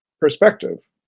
perspective